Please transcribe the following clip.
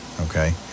Okay